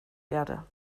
erde